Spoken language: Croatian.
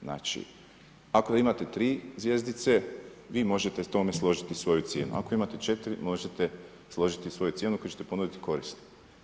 Znači, ako imate 3 zvjezdice, vi možete tome složiti svoju cijenu, ako imate 4 možete složiti svoju cijenu koju ćete ponuditi korisniku.